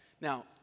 Now